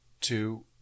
two